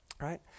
right